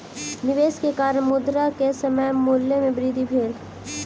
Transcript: निवेश के कारण, मुद्रा के समय मूल्य में वृद्धि भेल